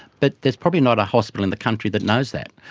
but there's probably not a hospital in the country that knows that.